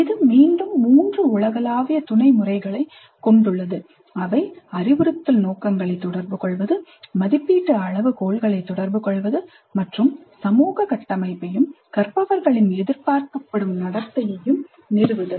இது மீண்டும் மூன்று உலகளாவிய துணை முறைகளைக் கொண்டுள்ளது அவை அறிவுறுத்தல் நோக்கங்களைத் தொடர்புகொள்வது மதிப்பீட்டு அளவுகோல்களைத் தொடர்புகொள்வது மற்றும் சமூக கட்டமைப்பையும் கற்பவர்களின் எதிர்பார்க்கப்படும் நடத்தையையும் நிறுவுதல்